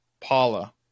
Paula